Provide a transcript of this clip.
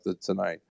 tonight